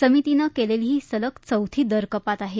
समितीनं केलेली ही सलग चौथी दर कपात आहे